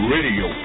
Radio